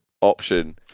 option